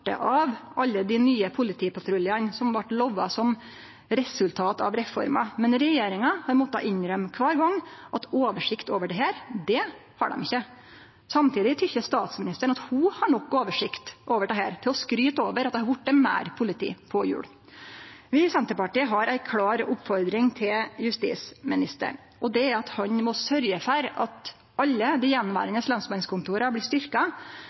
av alle dei nye politipatruljane som vart lova som resultat av reforma, men regjeringa har måtta innrømme kvar gong at oversikt over dette, det har dei ikkje. Samtidig tykkjer statsministeren at ho har god nok oversikt over dette til å skryte av at det har vorte meir politi på hjul. Vi i Senterpartiet har ei klar oppfordring til justisministeren, og det er at han må sørgje for at alle dei attverande lensmannskontora blir